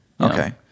Okay